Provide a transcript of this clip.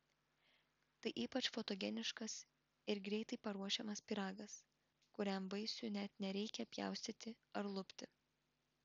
tai ypač fotogeniškas ir greitai paruošiamas pyragas kuriam vaisių net nereikia pjaustyti ar lupti